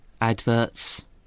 adverts